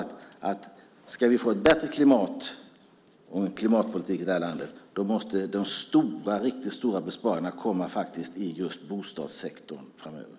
Om vi ska få en bättre klimatpolitik i det här landet och ett bättre klimat måste de riktigt stora besparingarna ske inom just bostadssektorn framöver.